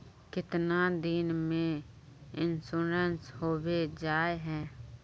कीतना दिन में इंश्योरेंस होबे जाए है?